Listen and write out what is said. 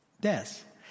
death